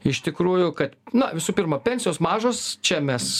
iš tikrųjų kad na visų pirma pensijos mažos čia mes